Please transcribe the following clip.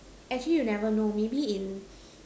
actually you never know maybe in